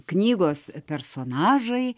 knygos personažai